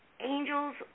angels